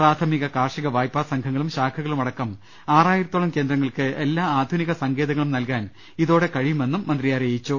പ്രാഥമിക കാർഷിക വായ്പാ സംഘങ്ങളും ശാഖകളുമടക്കം ആറായിര ത്തോളം കേന്ദ്രങ്ങൾക്ക് എല്ലാ ആധുനിക സങ്കേതങ്ങളും നൽകാൻ ഇതോടെ കഴിയുമെന്നും മന്ത്രി അറിയിച്ചു